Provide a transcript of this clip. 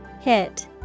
Hit